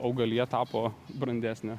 augalija tapo brandesnė